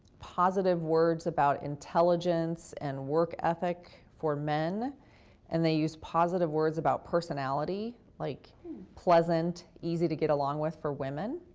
positive words about intelligence and work ethic for men and they use positive words about personality like pleasant, easy to get along with for women.